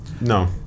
No